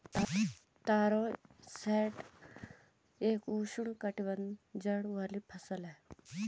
तारो colocasia esculenta L Schott एक उष्णकटिबंधीय जड़ वाली फसल है